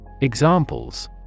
Examples